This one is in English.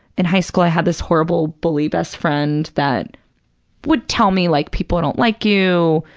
in high school i had this horrible bully best friend that would tell me like, people don't like you,